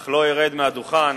אך לא ארד מהדוכן